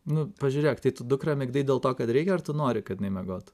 nu pažiūrėk tai tu dukrą migdai dėl to kad reikia ar tu nori kad jinai miegotų